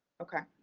okay.